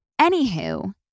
Anywho